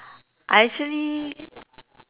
actually